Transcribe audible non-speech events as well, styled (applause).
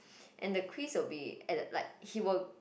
and the quiz will be (noise) like he will